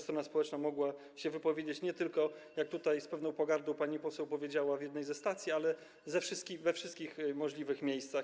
Strona społeczna mogła się wypowiedzieć nie tylko, jak tutaj z pewną pogardą pani poseł powiedziała, w jednej ze stacji, ale we wszystkich możliwych miejscach.